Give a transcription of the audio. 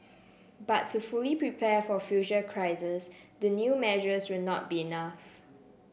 but to fully prepare for future crises the new measures will not be enough